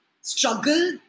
struggle